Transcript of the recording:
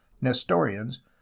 Nestorians